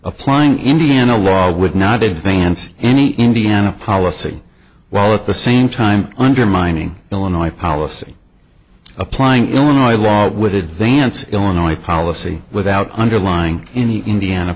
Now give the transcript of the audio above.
applying indiana law would not advance any indiana policy while at the same time undermining illinois policy applying illinois law it would advance illinois policy without underlying any indiana